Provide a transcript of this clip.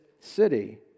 city